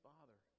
Father